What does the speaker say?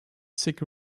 sick